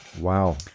wow